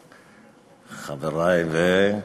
חברי, ואללה,